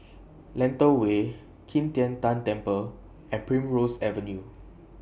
Lentor Way Qi Tian Tan Temple and Primrose Avenue